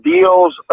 deals